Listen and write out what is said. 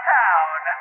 town